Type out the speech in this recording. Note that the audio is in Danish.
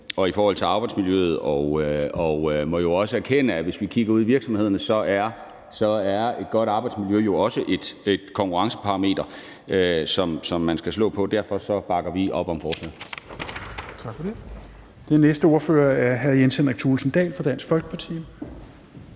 I forhold til arbejdsmiljøet må vi også erkende, hvis vi kigger ud i virksomhederne, at et godt arbejdsmiljø også er et konkurrenceparameter, som man skal slå på. Derfor bakker vi op om forslaget.